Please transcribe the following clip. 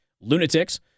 lunatics